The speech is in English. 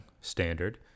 standard